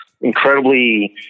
incredibly